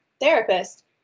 therapist